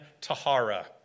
Tahara